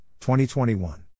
2021